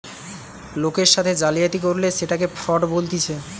লোকের সাথে জালিয়াতি করলে সেটকে ফ্রড বলতিছে